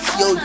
yo